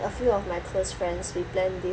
a few of my close friends we plan